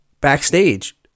backstage